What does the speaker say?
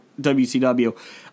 WCW